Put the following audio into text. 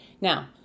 Now